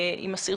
(מוצג סרטון)